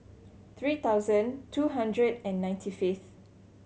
three thousand two hundred and ninety fifth